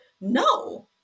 no